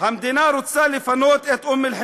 מה אנחנו נעשה, האם נלך,